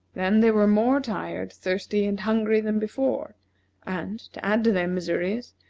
then they were more tired, thirsty, and hungry than before and, to add to their miseries,